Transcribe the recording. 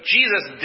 Jesus